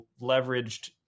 leveraged